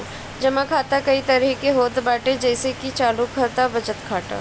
जमा खाता कई तरही के होत बाटे जइसे की चालू खाता, बचत खाता